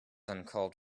uncalled